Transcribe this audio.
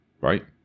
right